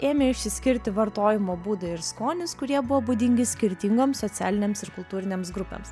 ėmė išsiskirti vartojimo būdai ir skonis kurie buvo būdingi skirtingoms socialinėms ir kultūrinėms grupėms